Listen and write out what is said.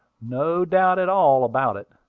no doubt at all about it.